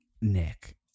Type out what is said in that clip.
Nick